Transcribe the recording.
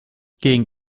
gegen